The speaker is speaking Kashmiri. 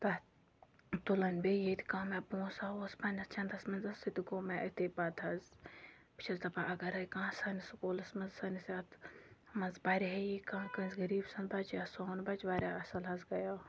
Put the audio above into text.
تَتھ تُلٕنۍ بیٚیہِ ییٚتہِ کانٛہہ مےٚ پونٛسا اوس پنٛنِس چَنٛدَس منٛز حظ سُہ تہِ گوٚو مےٚ أتھی پَتہٕ حظ بہٕ چھَس دَپان اَگَرَے کانٛہہ سٲنِس سُکوٗلَس منٛز سٲنِس یَتھ منٛز پَرِہے یی کانٛہہ کٲنٛسہِ غریٖب سُنٛد بَچہِ یا سون بَچہِ واریاہ اَصٕل حظ گٔیو